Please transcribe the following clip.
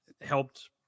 Helped